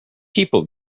people